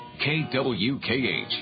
KWKH